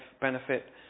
benefit